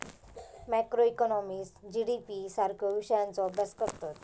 macroeconomist GDP सारख्यो विषयांचा अभ्यास करतत